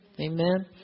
amen